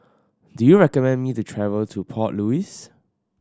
do you recommend me to travel to Port Louis